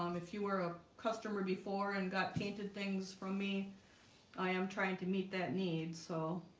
um if you were a customer before and got painted things from me i am trying to meet that need so